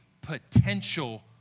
potential